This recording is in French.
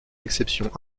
exceptions